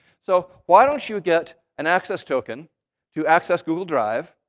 so why don't you get an access token to access google drive,